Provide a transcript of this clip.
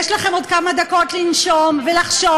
יש לכם עוד כמה דקות לנשום ולחשוב.